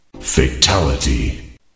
Fatality